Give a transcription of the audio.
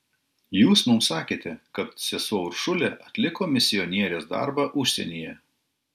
jūs mums sakėte kad sesuo uršulė atliko misionierės darbą užsienyje